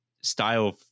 style